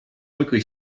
quickly